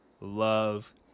love